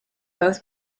both